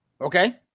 Okay